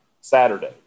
Saturday